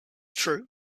true